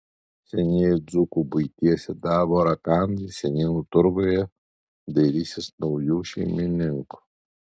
senieji dzūkų buities ir darbo rakandai senienų turguje dairysis naujų šeimininkų